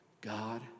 God